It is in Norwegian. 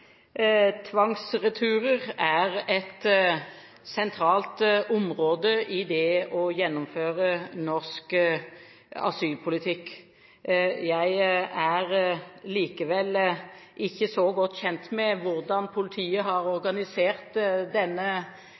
Tvangsreturer er et sentralt område i det å gjennomføre norsk asylpolitikk. Jeg er likevel ennå ikke så godt kjent med hvordan politiet har organisert denne